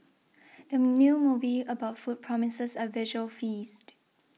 the new movie about food promises a visual feast